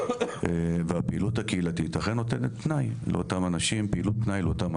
הפעילות הקהילתית אכן נותנת פנאי לאותם אנשים.